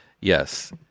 Yes